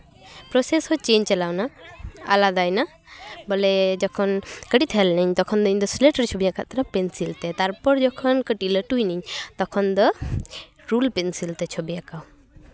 process ᱦᱚᱸ change ᱪᱟᱞᱟᱣᱱᱟ ᱟᱞᱟᱫᱟᱭᱱᱟ ᱵᱚᱞᱮ ᱡᱚᱠᱷᱚᱱ ᱠᱟᱹᱴᱤᱡ ᱛᱟᱦᱮᱸ ᱞᱤᱱᱟᱹᱧ ᱛᱚᱠᱷᱚᱱ ᱫᱚ ᱤᱧ ᱫᱚ ᱥᱤᱞᱮᱠᱴ ᱨᱮ ᱪᱷᱚᱵᱤᱧ ᱟᱸᱠᱟᱣ ᱮᱜ ᱛᱟᱦᱮᱱᱟ ᱯᱮᱱᱥᱤᱞ ᱛᱮ ᱛᱟᱨᱯᱚᱨ ᱡᱚᱠᱷᱚᱱ ᱠᱟᱹᱴᱤᱡ ᱞᱟᱹᱴᱩᱭᱮᱱᱟᱹᱧ ᱛᱚᱠᱷᱚᱱ ᱫᱚ ᱨᱩᱞ ᱯᱮᱱᱥᱤᱞ ᱛᱮ ᱪᱷᱚᱵᱤ ᱟᱸᱠᱟᱣ